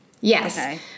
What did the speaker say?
Yes